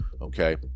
okay